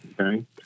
Okay